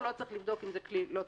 הוא לא צריך לבדוק אם זה לא תקני.